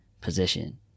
position